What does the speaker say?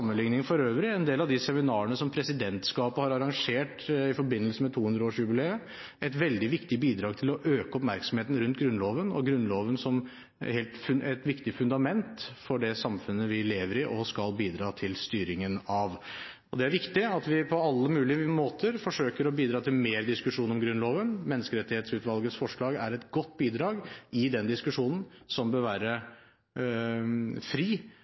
for øvrig, en del av de seminarene som presidentskapet har arrangert i forbindelse med 200-årsjubileet et veldig viktig bidrag til å øke oppmerksomheten rundt Grunnloven og Grunnloven som et viktig fundament for det samfunnet vi lever i, og skal bidra til styringen av. Det er viktig at vi på alle mulige måter forsøker å bidra til mer diskusjon om Grunnloven. Menneskerettighetsutvalgets forslag er et godt bidrag i den diskusjonen, som bør være fri,